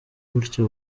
gutya